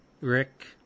Rick